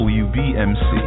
wbmc